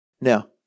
Now